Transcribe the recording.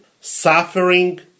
suffering